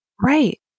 Right